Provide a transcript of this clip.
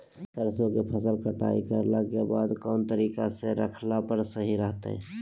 सरसों के फसल कटाई करला के बाद कौन तरीका से रखला पर सही रहतय?